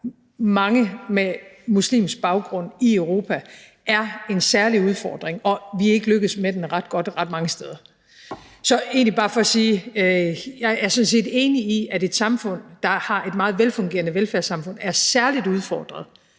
mange med muslimsk baggrund i Europa er en særlig udfordring, og at vi ikke er lykkedes med den ret godt ret mange steder. Så det er egentlig bare for at sige, at jeg sådan set er enig i, at et samfund, der har et meget velfungerende velfærdssamfund, er særligt udfordret,